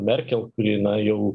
merkel kuri na jau